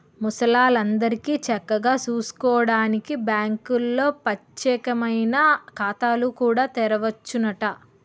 ముసలాల్లందరికీ చక్కగా సూసుకోడానికి బాంకుల్లో పచ్చేకమైన ఖాతాలు కూడా తెరవచ్చునట